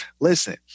Listen